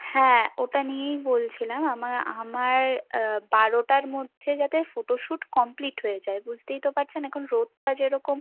হ্যাঁ ওটা নিয়েই বলছিলাম আমা আমার বারোটার মধ্যে যাতে ফোটোশুট কমপ্লিট হয়ে যায় বুঝতেই তো পারছেন এখন রোদটা যেরকম